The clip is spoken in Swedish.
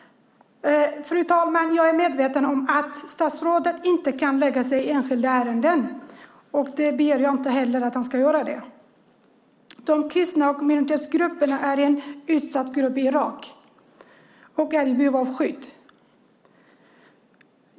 Jag är medveten om att statsrådet inte kan lägga sig i enskilda ärenden, och det ber jag inte heller att han ska göra. Kristna och andra minoritetsgrupper är utsatta grupper i Irak och är i behov av skydd.